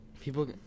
People